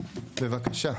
בבקשה.